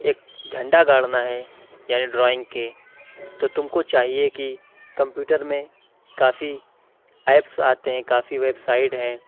ایک جھنڈا گھاڑنا ہے یعنی ڈرائنگ کے تو تم کو چاہیے کہ کمپیوٹر میں کافی ایپس آتے ہیں کافی ویب سائڈ ہیں